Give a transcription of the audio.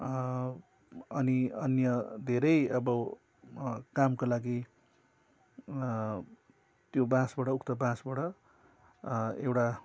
अनि अन्य धेरै अब कामका लागि त्यो बाँसबाट उक्त बाँसबाट एउटा